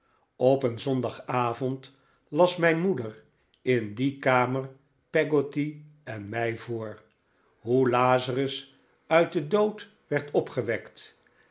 op een zondagavond las mijn moeder in die kamer peggotty en mij voor hoe lazarus uit den dood werd opgewekt